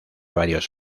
varios